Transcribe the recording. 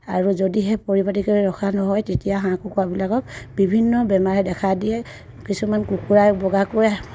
আৰু যদিহে পৰিপাটিকৈ ৰখা নহয় তেতিয়া হাঁহ কুকুৰাবিলাকক বিভিন্ন বেমাৰে দেখা দিয়ে কিছুমান কুকুৰা বগাকৈ